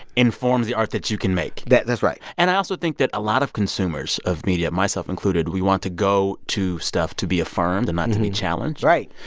informs the art that you can make that's right and i also think that a lot of consumers of media, myself included we want to go to stuff to be affirmed and not to be challenged right.